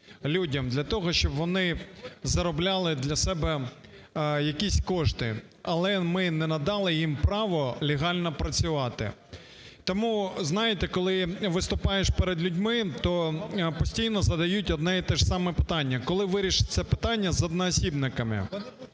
людям для того, щоб вони заробляли для себе якісь кошти. Але ми не надали їм право легально працювати. Тому, знаєте, коли виступаєш перед людьми, то постійно задають одне й те ж саме питання: коли вирішиться питання з одноосібниками?